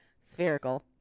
Spherical